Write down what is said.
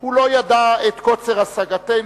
"הוא לא ידע את קוצר השגתנו,